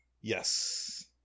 Yes